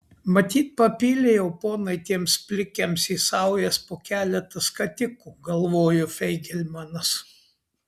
matyt papylė jau ponai tiems plikiams į saujas po keletą skatikų galvojo feigelmanas